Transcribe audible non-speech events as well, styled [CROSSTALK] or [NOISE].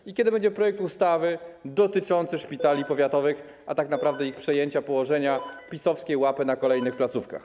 I kiedy będzie projekt ustawy dotyczący szpitali [NOISE] powiatowych, a tak naprawdę ich przejęcia, położenia PiS-owskiej łapy na kolejnych placówkach?